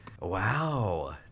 wow